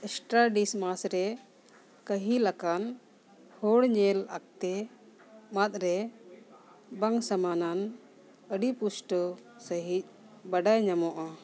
studies ᱢᱟᱥ ᱨᱮ ᱠᱟᱹᱦᱤᱞᱟᱠᱟᱱ ᱦᱚᱲ ᱧᱮᱞ ᱚᱠᱛᱮ ᱢᱟᱫ ᱨᱮ ᱵᱟᱝ ᱥᱚᱢᱟᱱᱟᱱ ᱟᱹᱰᱤ ᱯᱩᱥᱴᱟᱹᱣ ᱥᱟᱺᱦᱤᱡ ᱵᱟᱰᱟᱭ ᱧᱟᱢᱚᱜᱼᱟ